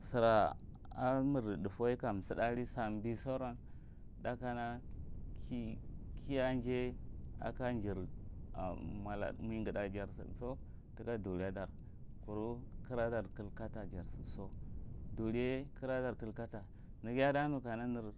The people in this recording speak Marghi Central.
Sira a mirdi thù fewai kasuthali sumbi sora thá kana kinya jay a ko jir moghi thá jar sidso tika durado kuru kira dar kilkata jari sidso duriye kiradar kulkata neghiye adanu kana nu